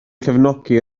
cefnogi